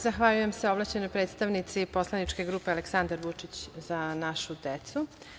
Zahvaljujem se ovlašćenoj predstavnici poslaničke grupe "Aleksandar Vučić - Za našu decu"